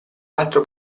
altro